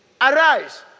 Arise